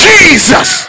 Jesus